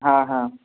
হ্যাঁ হ্যাঁ